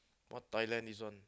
what Thailand this one